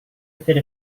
fit